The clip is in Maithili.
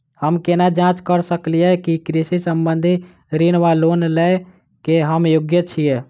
हम केना जाँच करऽ सकलिये की कृषि संबंधी ऋण वा लोन लय केँ हम योग्य छीयै?